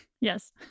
Yes